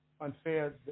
unfair